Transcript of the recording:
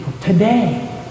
today